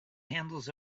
handles